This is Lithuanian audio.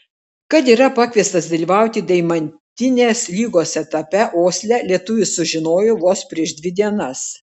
kad yra pakviestas dalyvauti deimantinės lygos etape osle lietuvis sužinojo vos prieš dvi dienas